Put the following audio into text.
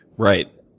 right.